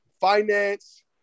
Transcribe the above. finance